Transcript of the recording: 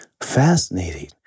Fascinating